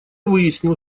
выяснил